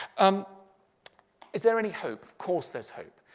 um is there any hope? of course, there's hope.